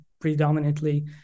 predominantly